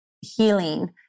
healing